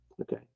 Okay